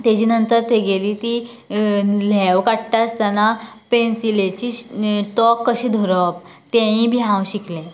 तेजे नंतर तेगेली ती ल्हेंव काडटा आसतना पेन्सीलीची टोंक कशी धरोप तेयीं बीन हांव शिकलें